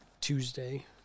Tuesday